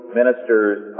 Ministers